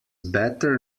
better